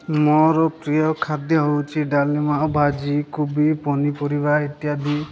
ମୋର ପ୍ରିୟ ଖାଦ୍ୟ ହେଉଛି ଡାଲ୍ମା ଭାଜି କୋବି ପନିପରିବା ଇତ୍ୟାଦି